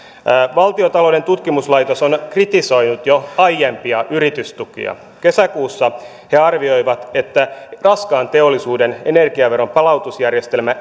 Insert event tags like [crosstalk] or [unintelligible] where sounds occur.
valtion taloudellinen tutkimuskeskus on kritisoinut jo aiempia yritystukia kesäkuussa he arvioivat että raskaan teollisuuden energiaveron palautusjärjestelmä [unintelligible]